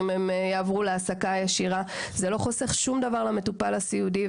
זה לא חוסך שום דבר למטופל הסיעודי.